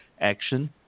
action